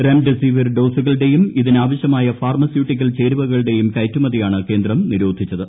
remdesivir ഡോസുകളുടെയും ഇതിനാവശ്യമായ pharmaceutical ചേരുവകകളുടെയും കയറ്റുമതിയാണ് കേന്ദ്രം നിരോധിച്ചത്